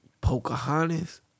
Pocahontas